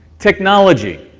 technology,